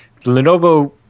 Lenovo